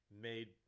made